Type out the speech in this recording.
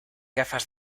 gafas